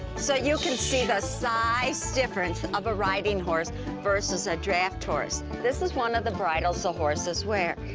so you can see the size difference of a riding horse versus a draft horse. this is one of the bridles the so horses wear.